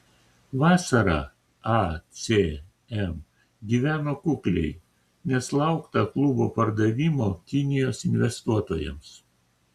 vasarą acm gyveno kukliai nes laukta klubo pardavimo kinijos investuotojams